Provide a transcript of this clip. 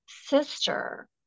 sister